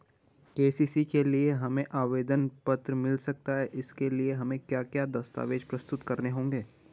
KCC के लिए हमें आवेदन पत्र मिल सकता है इसके लिए हमें क्या क्या दस्तावेज़ प्रस्तुत करने होंगे?